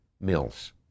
Mills